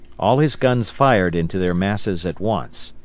all his guns fired into their masses at once.